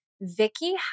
Vicky